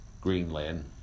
Greenland